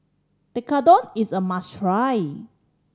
tekkadon is a must try